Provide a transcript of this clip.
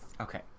Okay